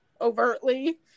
overtly